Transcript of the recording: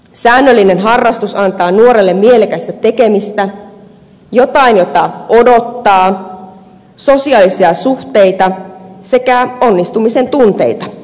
säännöllinen harrastus antaa nuorelle mielekästä tekemistä jotain jota odottaa sosiaalisia suhteita sekä onnistumisen tunteita